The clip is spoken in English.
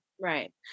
Right